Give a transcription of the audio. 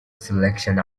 selection